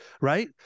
Right